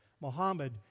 Muhammad